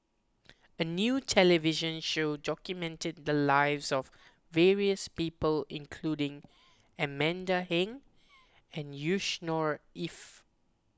a new television show documented the lives of various people including Amanda Heng and Yusnor Ef